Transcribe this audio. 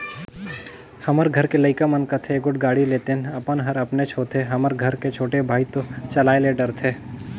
हमर घर के लइका मन कथें एगोट गाड़ी लेतेन अपन हर अपनेच होथे हमर घर के छोटे भाई तो चलाये ले डरथे